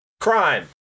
Crime